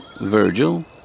Virgil